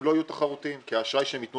הם לא יהיו תחרותיים כי האשראי שהם יתנו